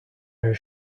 her